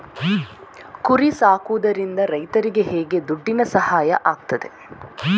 ಕುರಿ ಸಾಕುವುದರಿಂದ ರೈತರಿಗೆ ಹೇಗೆ ದುಡ್ಡಿನ ಸಹಾಯ ಆಗ್ತದೆ?